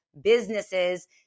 businesses